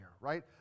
right